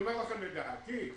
לדעתי,